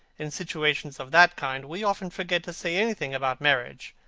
in situations of that kind we often forget to say anything about marriage,